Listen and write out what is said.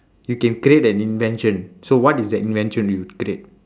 you can create an invention so what is that invention you would create